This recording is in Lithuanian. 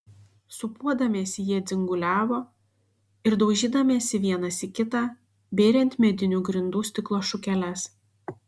sūpuodamiesi jie dzinguliavo ir daužydamiesi vienas į kitą bėrė ant medinių grindų stiklo šukeles